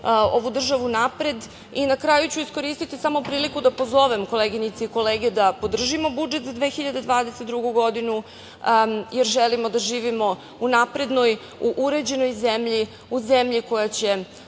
ovu državu napred. Na kraju ću iskoristiti samo priliku, da pozovem koleginice i kolege da podržimo budžet za 2022. godinu, jer želimo da živimo u naprednoj, u uređenoj zemlji, u zemlji koja će